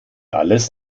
alles